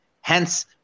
Hence